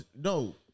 no